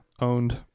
owned